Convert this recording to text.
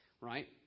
right